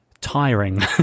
tiring